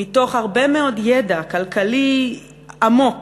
מתוך הרבה מאוד ידע כלכלי עמוק,